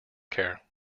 care